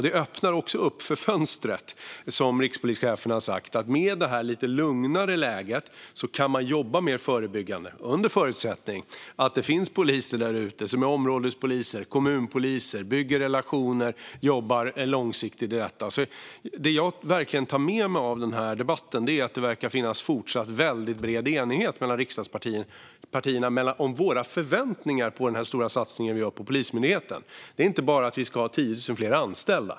Det gör att ett fönster öppnas, som rikspolischefen har sagt. I det här lite lugnare läget kan man jobba mer förebyggande, under förutsättning att det finns poliser där ute som är områdespoliser och kommunpoliser och som bygger relationer och jobbar långsiktigt med detta. Det jag verkligen tar med mig av denna debatt är att det verkar finnas en fortsatt väldigt bred enighet mellan riksdagspartierna om våra förväntningar på den stora satsning vi gör på Polismyndigheten. Vi ska inte bara ha 10 000 fler anställda.